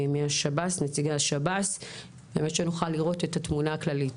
ונציגי השב"ס כדי שנוכל לראות את התמונה הכללית.